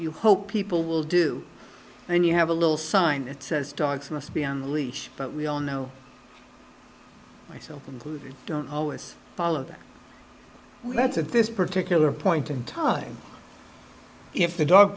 you hope people will do when you have a little sign that says dogs must be on leash but we all know myself included don't always follow that let's at this particular point in time if the dog